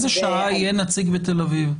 יהיה נציג בתל אביב?